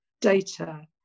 data